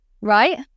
Right